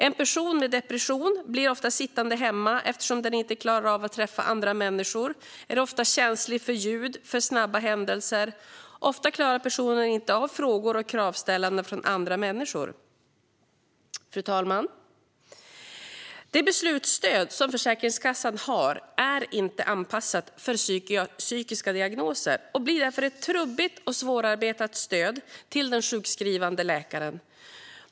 En person med depression blir ofta sittande hemma eftersom man inte klarar av att träffa andra människor. Man är ofta känslig för ljud och för snabba händelser, och ofta klarar personen inte av frågor och kravställande från andra människor. Fru talman! Det beslutsstöd som Försäkringskassan har är inte anpassat för psykiska diagnoser och blir därför ett trubbigt och svårarbetat stöd till den sjukskrivande läkaren.